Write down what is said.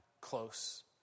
close